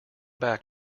back